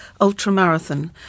ultramarathon